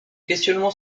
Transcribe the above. questionnement